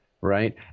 right